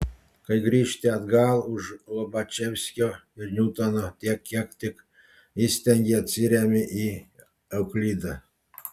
kai grįžti atgal už lobačevskio ir niutono tiek kiek tik įstengi atsiremi į euklidą